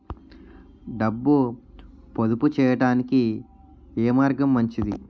డబ్బు పొదుపు చేయటానికి ఏ మార్గం మంచిది?